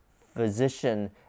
physician